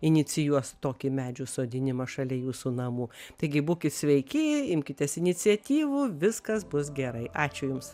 inicijuos tokį medžių sodinimą šalia jūsų namų taigi būkit sveiki imkitės iniciatyvų viskas bus gerai ačiū jums